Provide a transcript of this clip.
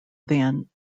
than